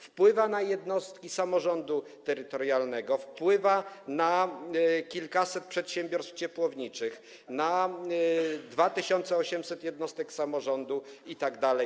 Wpływa na jednostki samorządu terytorialnego, wpływa na kilkaset przedsiębiorstw ciepłowniczych, na 2,8 tys. jednostek samorządu itd.